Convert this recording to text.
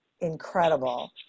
incredible